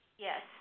Yes